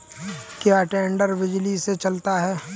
क्या टेडर बिजली से चलता है?